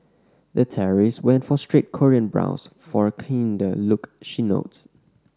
the terrorist went for straight Korean brows for a kinder look she notes